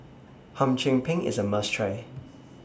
Hum Chim Peng IS A must Try